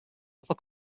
upper